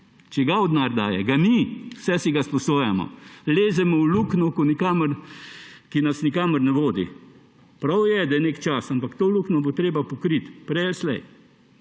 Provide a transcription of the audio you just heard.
Čigav denar daje? Ga ni, vse si sposojamo, lezemo v luknjo, ki nas nikamor ne vodi. Prav je, da je nek čas, ampak to luknjo bo treba pokriti, prej ali slej.